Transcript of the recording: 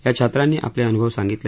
या छात्रांनी आपले अनुभव सांगितले